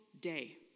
day